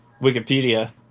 Wikipedia